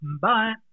bye